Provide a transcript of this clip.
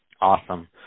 Awesome